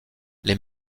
les